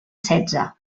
setze